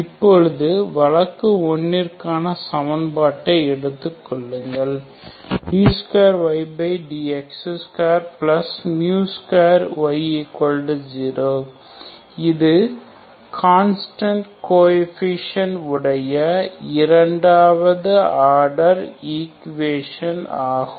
இப்பொழுது வழக்கு 1 க்கன சமன்பாட்டை எடுத்துக் கொள்ளுங்கள் d2ydx2 2y0 இது கான்ஸ்டன்ட் கோஎபிசியன்ட் களை உடைய இரண்டாவது ஆர்டர் ஈக்குவேசன் ஆகும்